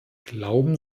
glauben